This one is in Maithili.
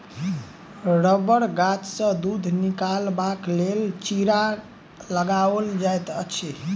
रबड़ गाछसँ दूध निकालबाक लेल चीरा लगाओल जाइत छै